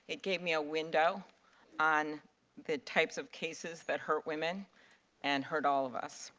it gave me a window on the types of cases that hurt women and hurt all of us.